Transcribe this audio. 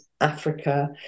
Africa